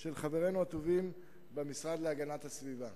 של חברינו הטובים במשרד להגנת הסביבה,